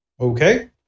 Okay